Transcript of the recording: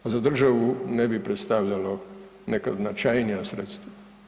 A za državu ne bi predstavljalo neka značajnija sredstva.